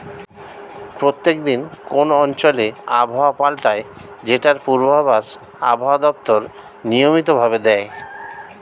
প্রত্যেক দিন কোন অঞ্চলে আবহাওয়া পাল্টায় যেটার পূর্বাভাস আবহাওয়া দপ্তর নিয়মিত ভাবে দেয়